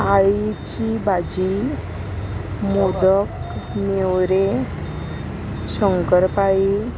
आळेची भाजी मोदक नेवरे शंकरपाळी